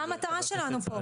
זה המטרה שלנו פה,